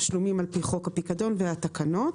תשלומים על פי חוק הפיקדון והתקנות.